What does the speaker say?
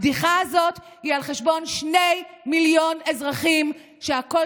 הבדיחה הזאת היא על חשבון שני מיליון אזרחים שהקול